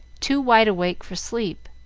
too wide-awake for sleep.